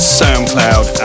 soundcloud